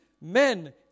men